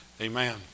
Amen